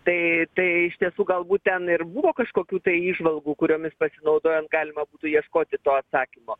tai tai iš tiesų galbūt ten ir buvo kažkokių tai įžvalgų kuriomis pasinaudojant galima būtų ieškoti to atsakymo